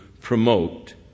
promote